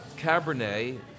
Cabernet